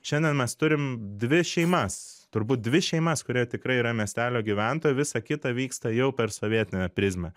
šiandien mes turim dvi šeimas turbūt dvi šeimas kurie tikrai yra miestelio gyventojai o visa kita vyksta jau per sovietinę prizmę